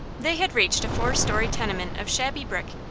they had reached a four-story tenement of shabby brick,